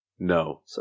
No